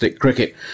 cricket